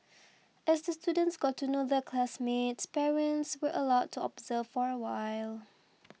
as the students got to know their classmates parents were allowed to observe for a while